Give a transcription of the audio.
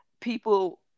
people